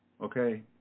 Okay